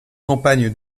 campagne